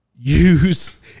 use